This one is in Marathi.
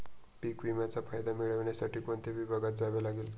पीक विम्याचा फायदा मिळविण्यासाठी कोणत्या विभागात जावे लागते?